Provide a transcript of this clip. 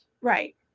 Right